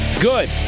Good